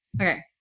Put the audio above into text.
Okay